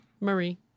Marie